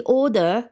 order